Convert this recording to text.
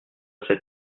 cet